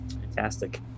Fantastic